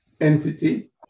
entity